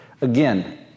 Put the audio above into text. Again